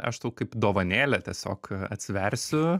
aš tau kaip dovanėlę tiesiog atsiversiu